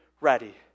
ready